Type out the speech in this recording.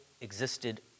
existed